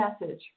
message